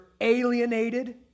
alienated